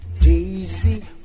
Daisy